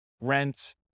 rent